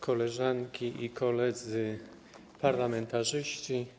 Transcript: Koleżanki i Koledzy Parlamentarzyści!